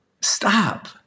Stop